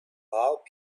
help